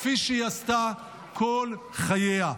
כפי שהיא עשתה כל חייה.